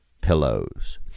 pillows